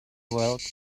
world